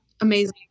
Amazing